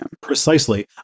Precisely